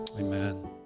Amen